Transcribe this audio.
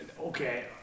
Okay